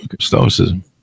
Stoicism